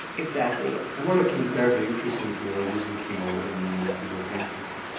exactly. and what about chemotherapy, increasingly people are using chemo in people with brain cancer?